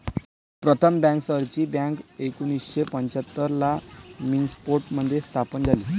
प्रथम बँकर्सची बँक एकोणीसशे पंच्याहत्तर ला मिन्सोटा मध्ये स्थापन झाली